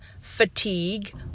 fatigue